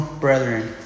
brethren